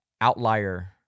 outlier